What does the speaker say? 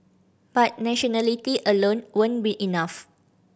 but nationality alone won't be enough